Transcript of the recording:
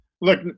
Look